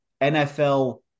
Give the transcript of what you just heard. NFL